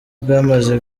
bwamaze